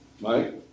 Mike